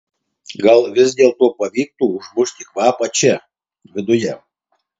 gal vis dėlto pavyktų užmušti kvapą čia viduje